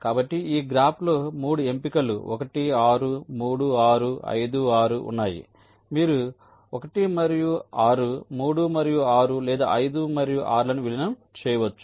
కాబట్టి ఈ గ్రాఫ్లో 3 ఎంపికలు 1 6 3 6 5 6 ఉన్నాయి మీరు 1 మరియు 6 3 మరియు 6 లేదా 5 మరియు 6 లను విలీనం చేయవచ్చు